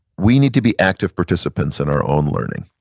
we need to be active participants in our own learning.